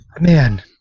man